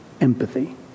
empathy